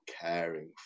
caring